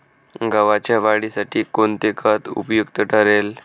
गव्हाच्या वाढीसाठी कोणते खत उपयुक्त ठरेल?